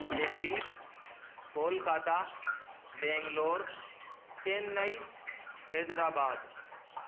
Delhi Kolkata Bangalore Chennai Hyderabad